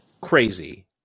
crazy